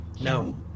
No